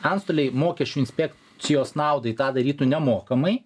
antstoliai mokesčių inspekcijos naudai tą darytų nemokamai